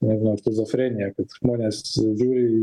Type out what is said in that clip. nežinau šizofreniją kad žmonės žiūri į